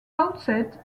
outset